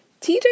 TJ